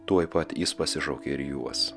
tuoj pat jis pasišaukė ir juos